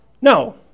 No